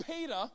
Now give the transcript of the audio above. Peter